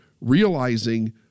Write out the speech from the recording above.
realizing